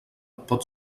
pot